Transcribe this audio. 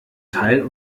teil